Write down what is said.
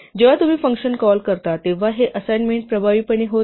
जेव्हा तुम्ही function call करता तेव्हा हे असाइनमेंट प्रभावीपणे होते